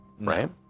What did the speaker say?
Right